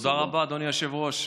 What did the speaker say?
תודה רבה, אדוני היושב-ראש.